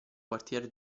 quartier